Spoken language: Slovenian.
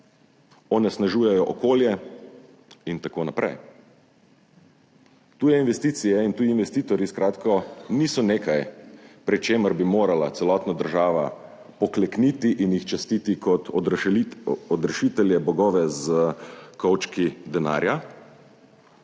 onesnažujejo okolje in tako naprej. Tuje investicije in tuji investitorji, skratka niso nekaj, pri čemer bi morala celotna država poklekniti in jih častiti kot odrešitelje, bogove s kovčki denarja,